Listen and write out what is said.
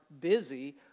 busy